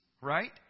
right